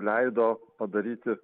leido padaryti